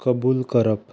कबूल करप